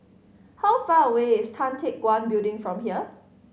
how far away is Tan Teck Guan Building from here